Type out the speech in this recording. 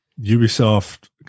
ubisoft